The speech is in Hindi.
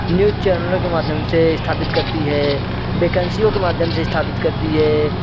न्यूज चैनल के माध्यम से स्थापित करती है वैकेंसीयों के माध्यम से स्थापित करती है